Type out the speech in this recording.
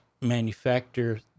manufacture